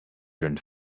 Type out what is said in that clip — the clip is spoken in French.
jeune